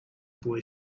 boy